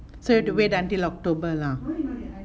so you have to wait until october lah